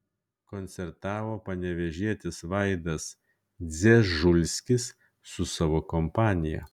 koncertavo panevėžietis vaidas dzežulskis su savo kompanija